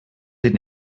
den